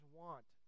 want